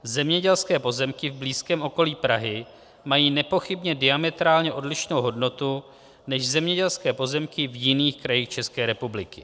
Zemědělské pozemky v blízkém okolí Prahy mají nepochybně diametrálně odlišnou hodnotu než zemědělské pozemky v jiných krajích České republiky.